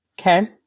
Okay